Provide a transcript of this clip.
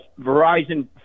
Verizon